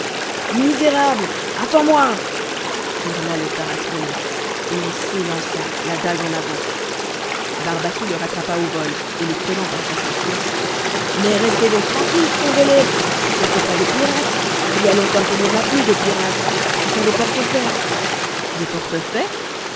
misérable attends-moi hurla le tarasconnais et il s'élança la dague en avant barbassou le rattrapa au vol et le retenant par sa ceinture mais restez donc tranquille tron de ler ce ne sont pas des pirates il y a longtemps qu'il n'y en a plus de pirates ce sont des